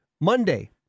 Monday